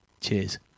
Cheers